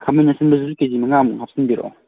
ꯈꯥꯃꯦꯟ ꯑꯁꯤꯟꯕꯗꯨꯁꯨ K G ꯃꯉꯥꯃꯨꯛ ꯍꯥꯞꯆꯤꯟꯕꯤꯔꯛꯑꯣ